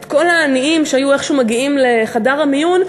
את כל העניים שהיו איכשהו מגיעים לחדר המיון,